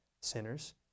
sinners